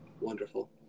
Wonderful